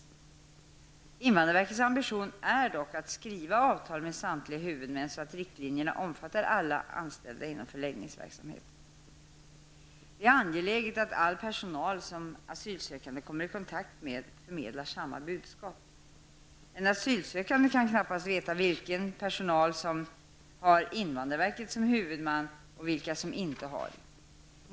Invandrarverkets ambition är dock att skriva avtal med samtliga huvudmän, så att riktlinjerna omfattar alla anställda inom förläggningsverksamheten. Det är angeläget att all personal som asylsökande kommer i kontakt med förmedlar samma budskap. En asylsökande kan knappast veta vilken personal som har invandrarverket som huvudman och vilka som inte har det.